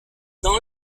dans